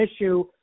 issue